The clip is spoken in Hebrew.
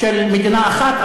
של מדינה אחת,